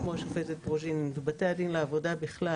כמו השופטת פרוז'ינין ובתי הדין לעבודה בכלל